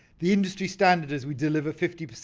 the industry standard is we deliver fifty,